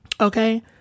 Okay